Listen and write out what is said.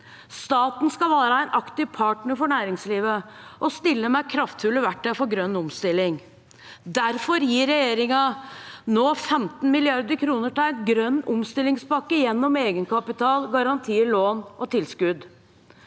Staten skal være en aktiv partner for næringslivet og stille med kraftfulle verktøy for grønn omstilling. Derfor gir regjeringen nå 15 mrd. kr til en grønn omstillingspakke gjennom egenkapital, garantier, lån og tilskudd.